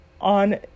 on